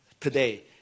today